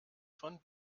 von